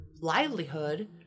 livelihood